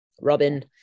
Robin